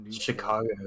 Chicago